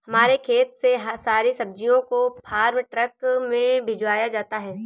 हमारे खेत से सारी सब्जियों को फार्म ट्रक में भिजवाया जाता है